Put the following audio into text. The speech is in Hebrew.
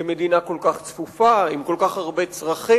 כמדינה כל כך צפופה עם כל כך הרבה צרכים,